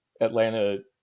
atlanta